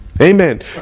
Amen